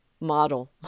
model